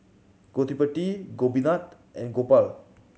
Gottipati Gopinath and Gopal